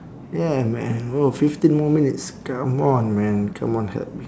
yeah man oh fifteen more minutes come on man come on help me